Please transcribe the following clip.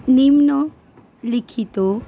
নিম্নলিখিত